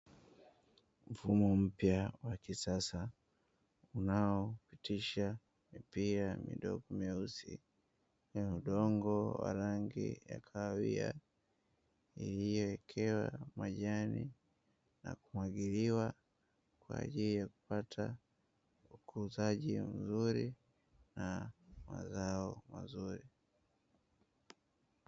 Mfumo mpya wa kisasa unaopitisha mipira midogo meusi na udongo wa rangi ya kahawia, iliyowekewa majani na kumwagiliwa kwa ajili ya kupata ukuzaji mzuri na mazao mazuri.